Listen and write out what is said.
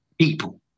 people